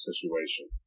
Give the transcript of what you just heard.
situation